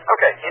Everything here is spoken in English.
Okay